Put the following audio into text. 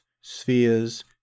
spheres